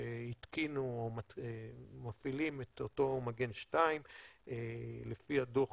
שהתקינו או מפעילים את אותו מגן 2. לפי הדוח